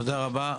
תודה רבה.